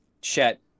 Chet